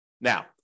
Now